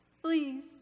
please